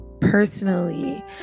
personally